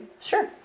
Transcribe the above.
Sure